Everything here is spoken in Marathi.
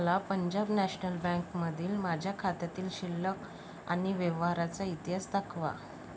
मला पंजाब नॅशनल बँकमधील माझ्या खात्यातील शिल्लक आणि व्यवहाराचा इतिहास दाखवा